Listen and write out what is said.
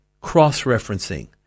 cross-referencing